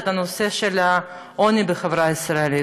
את הנושא של העוני בחברה הישראלית.